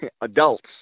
adults